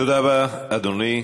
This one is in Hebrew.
תודה רבה, אדוני.